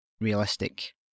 realistic